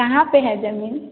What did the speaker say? कहाँ पर है ज़मीन